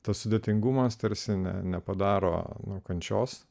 nesudėtingumas tarsi ne nepadaro nuo kančios